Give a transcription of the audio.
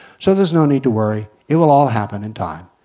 so there's no need to worry. it will all happen in time.